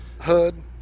hood